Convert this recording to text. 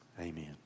amen